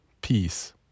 peace